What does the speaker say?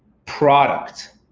product?